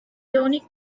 tony